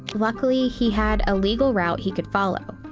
luckily, he had a legal route he could follow.